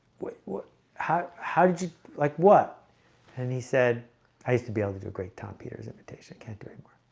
what what how how did you like what and he said i used to be able to do a great tom peters invitation i can't do it